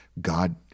God